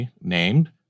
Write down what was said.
named